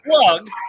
plug